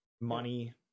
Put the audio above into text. money